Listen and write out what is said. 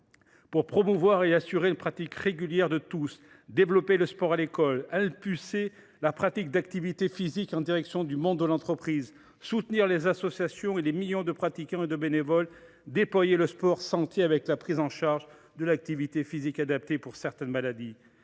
pour promouvoir et assurer une pratique régulière de tous, développer le sport à l’école, impulser la pratique d’activités physiques en direction du monde de l’entreprise, soutenir les associations et les millions de pratiquants et de bénévoles, déployer le sport santé, avec la prise en charge de l’activité physique adaptée pour certaines maladies.